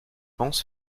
pense